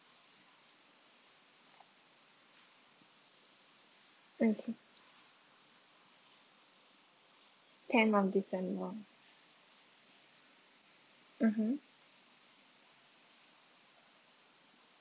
okay tenth of december mmhmm